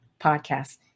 podcast